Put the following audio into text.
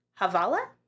Havala